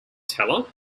teller